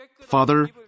Father